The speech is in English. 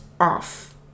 off